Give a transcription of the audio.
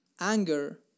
anger